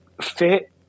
fit